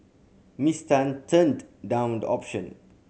Miss Tan turned down the option